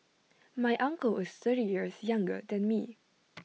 my uncle is thirty years younger than me